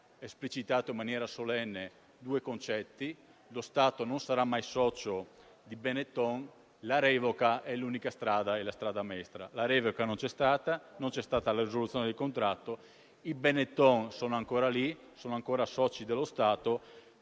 esplicitato in maniera solenne due concetti: lo Stato non sarà mai socio di Benetton e la revoca è la strada maestra. La revoca non c'è stata; non c'è stata la risoluzione del contratto; i Benetton sono ancora soci dello Stato.